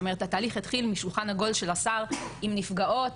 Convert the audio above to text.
זאת אומרת התהליך התחיל משולחן עגול של השר עם נפגעות